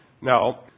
Now